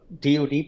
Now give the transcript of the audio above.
DOD